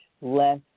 less